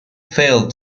failed